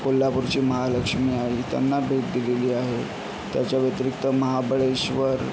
कोल्हापूरची महालक्ष्मीआई त्यांना भेट दिलेली आहे त्याच्या व्यतिरिक्त महाबळेश्वर